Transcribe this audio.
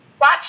Watch